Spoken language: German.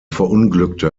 verunglückte